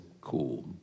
cool